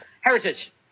Heritage